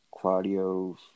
Claudio